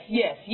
yes